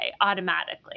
automatically